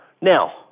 Now